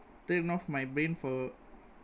turn off my brain for